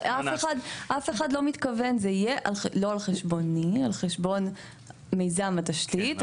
זה לא יהיה על חשבוני אלא על חשבון מיזם התשתית,